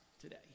today